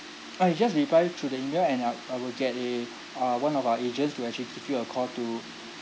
ah you just reply to the email and I'll I will get a uh one of our agents to actually give you a call to